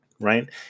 right